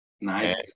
Nice